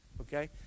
okay